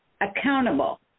accountable